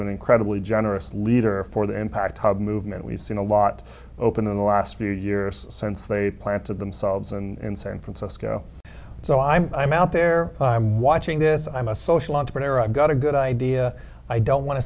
been incredibly generous leader for the impact of movement we've seen a lot open in the last few years since they planted themselves and san francisco so i'm out there i'm watching this i'm a social entrepreneur i've got a good idea i don't want to